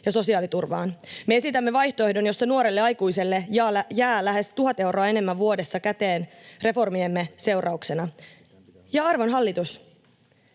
ja sosiaaliturvaan. Me esitämme vaihtoehdon, jossa nuorelle aikuiselle jää lähes tuhat euroa enemmän vuodessa käteen reformiemme seurauksena. Ja, arvon hallitus,